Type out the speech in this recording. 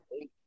eight